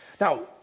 Now